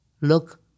look